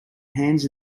hands